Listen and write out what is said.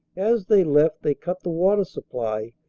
as they left they cut the water supply,